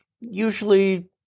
usually